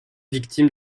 victime